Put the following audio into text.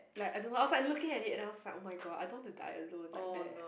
like I don't know I was like looking at it and I was like oh-my-god I don't want to die alone like that